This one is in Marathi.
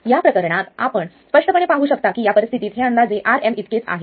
या प्रकरणात आपण स्पष्टपणे पाहू शकता की या परिस्थितीत हे अंदाजे Rm इतकेच आहे